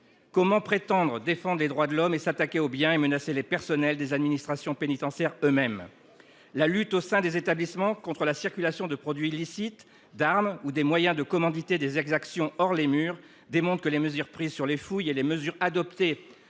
Comment prétendre défendre les droits de l'homme et s'attaquer aux biens et menacer les personnels des administrations pénitentiaires eux-mêmes ? La lutte au sein des établissements contre la circulation de produits illicites, d'armes ou des moyens de commandité des exactions hors les murs démontre que les mesures prises sur les fouilles et les mesures adoptées